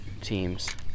teams